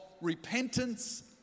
repentance